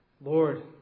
Lord